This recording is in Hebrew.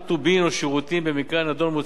במקרה הנדון מוצרי מזון בסיסיים.